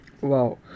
Wow